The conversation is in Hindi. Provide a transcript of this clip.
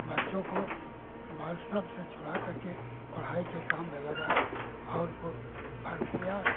बच्चों को बाल श्रम से छुड़ा करके पढ़ाई के काम में लगाएँ और वह भर प्रयास